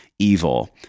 evil